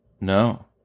No